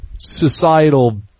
Societal